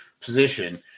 position